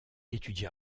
étudia